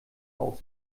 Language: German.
auf